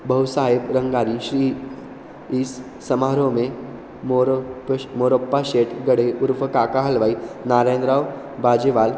बौसायब् रङ्गारी श्री इस् समारोह् मे मोर प् मोरप्पा शेट् गडे उर्फकाकहल्वाय् नारयन् राव् बाजेवाल्